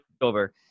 over